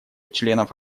членов